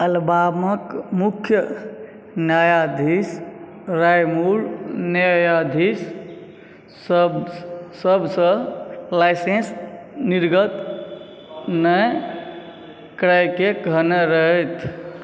अलबामाक मुख्य न्यायाधीश Roy Moore न्यायाधीश सभसँ लाइसेंस निर्गत नहि करयके कहने रहथि